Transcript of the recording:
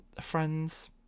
friends